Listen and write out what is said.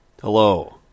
Hello